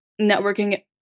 networking